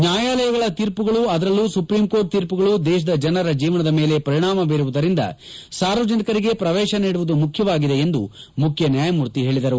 ನ್ನಾಯಾಲಯಗಳ ತೀರ್ಪುಗಳು ಅದರಲ್ಲೂ supreme court ತೀರ್ಪುಗಳು ದೇಶದ ಜನರ ಜೀವನದ ಮೇಲೆ ಪರಿಣಾಮ ಬೀರುವುದರಿಂದ ಸಾರ್ವಜನಿಕರಿಗೆ ಪ್ರವೇಶ ನೀಡುವುದು ಮುಖ್ಯವಾಗಿದೆ ಎಂದು ಮುಖ್ಯ ನ್ಯಾಯಮೂರ್ತಿ ಹೇಳಿದರು